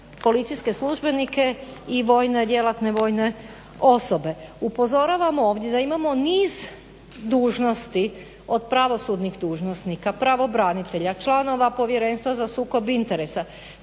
policijske službenike i vojne, djelatne vojne osobe. Upozoravamo ovdje da imamo niz dužnosti, od pravosudnih dužnosnika, pravobranitelja, članova povjerenstva za sukob interesa